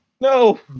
no